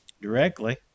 directly